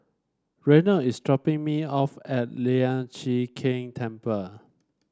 Reynold is dropping me off at Lian Chee Kek Temple